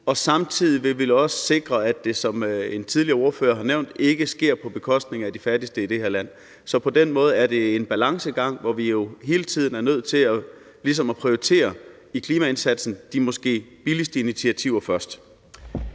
og samtidig vil vi også sikre, at det – som en tidligere ordfører har nævnt – ikke sker på bekostning af de fattigste i det her land. Så på den måde er det en balancegang, hvor vi i klimaindsatsen jo hele tiden er nødt til ligesom at prioritere de måske billigste initiativer først.